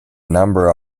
number